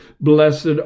Blessed